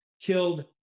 killed